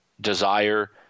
desire